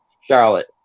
charlotte